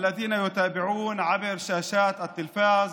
האנשים הנכבדים העוקבים באמצעות מסכי הטלוויזיה.)